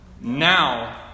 Now